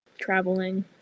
Traveling